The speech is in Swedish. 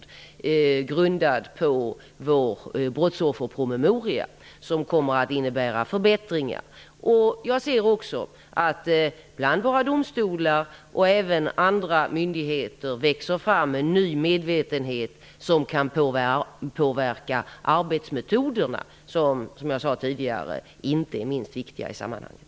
De är grundade på vår brottsofferpromemoria och kommer att innebära förbättringar. Jag ser också att det bland våra domstolar och även andra myndigheter växer fram en ny medvetenhet som kan påverka arbetsmetoderna. Som jag sade tidigare är de inte minst viktiga i sammanhanget.